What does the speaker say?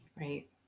right